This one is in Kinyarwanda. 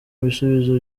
bisubizo